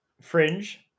fringe